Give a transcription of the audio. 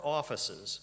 offices